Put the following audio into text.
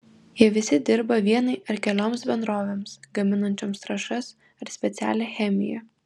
jie visi dirba vienai ar kelioms bendrovėms gaminančioms trąšas ar specialią chemiją